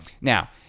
Now